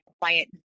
quiet